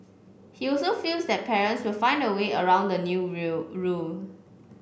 he also feels that parents will find a way around the new reel rule